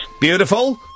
Beautiful